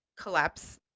collapse